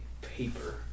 paper